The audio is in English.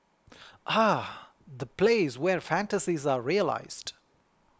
ah the place where fantasies are realised